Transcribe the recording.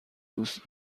دوست